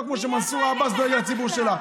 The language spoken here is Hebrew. לא כמו שמנסור עבאס דואג לציבור שלו.